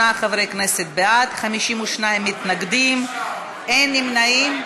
48 חברי כנסת בעד, 52 מתנגדים, אין נמנעים.